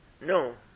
No